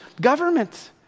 government